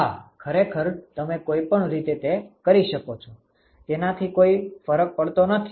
હા ખરેખર તમે કોઈ પણ રીતે તે કરી શકો છો તેનાથી કોઈ ફરક પડતો નથી